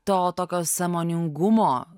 to tokio sąmoningumo